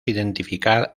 identificar